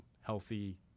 healthy